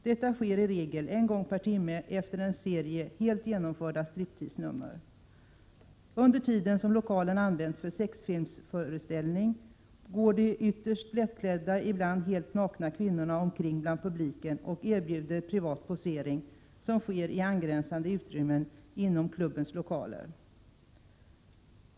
Detta sker i regel en gång per timme efter en serie helt genomförda stripteasenummer. Under tiden som lokalen används för sexfilmsföreställning går de ytterst lättklädda, ibland helt nakna kvinnorna omkring bland publiken och erbjuder privat posering, som sker i angränsande utrymmen inom klubbens lokaler.